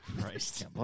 Christ